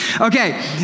Okay